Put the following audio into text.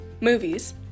movies